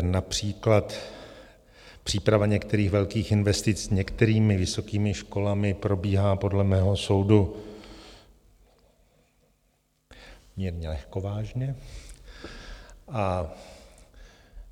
Například příprava některých velkých investic některými vysokými školami probíhá podle mého soudu mírně lehkovážně a